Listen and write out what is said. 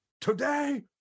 Today